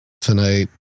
tonight